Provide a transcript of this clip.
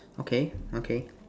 okay okay